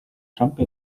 trumpi